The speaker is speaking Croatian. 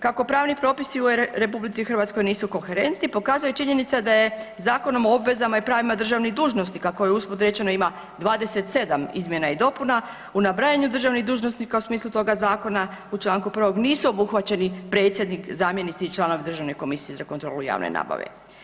Kako pravni propisi u Republici Hrvatskoj nisu koherentni pokazuje činjenica da je Zakonom o obvezama i pravima državnih dužnosnika koji usput rečeno ima 27 izmjena i dopuna u nabrajanju državnih dužnosnika u smislu toga zakona u članku 1. nisu obuhvaćeni predsjednik, zamjenici i članovi Državne komisije za kontrolu javne nabave.